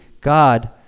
God